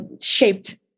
shaped